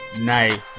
night